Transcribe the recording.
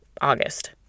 August